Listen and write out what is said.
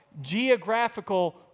geographical